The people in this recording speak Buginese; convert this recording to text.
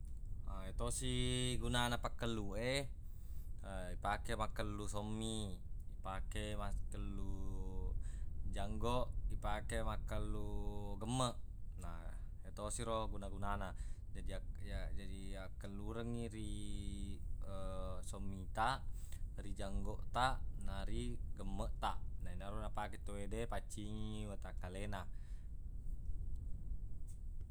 Yatosi gunana pakkellu e ipake makkellu sommi, ipake makkellu janggoq, ipake makkellu gemmeq na yatosi ro guna-gunana. Jaji ya- jaji yakkellurengngi ri sommi taq, ri janggoq taq, na ri gemmeq taq. Na enaro napake tawwede paccingi watakkalena.